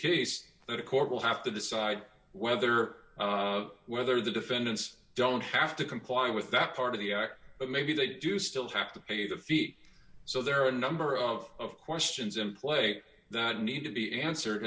case that a court will have to decide whether whether the defendants don't have to comply with that part of the act but maybe they do still have to pay the fee so there are a number of questions in play that need to be answered